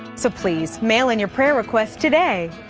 so please mail and your prayer requests today.